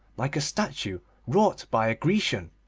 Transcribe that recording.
like a statue wrought by a grecian,